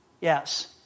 Yes